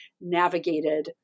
navigated